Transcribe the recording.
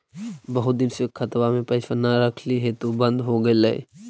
बहुत दिन से खतबा में पैसा न रखली हेतू बन्द हो गेलैय?